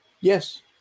Yes